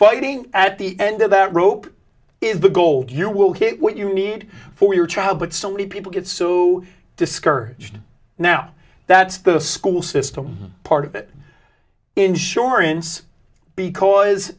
fighting at the end of that rope is the gold you will hit what you need for your child but so many people get so discouraged now that the school system part of it insurance because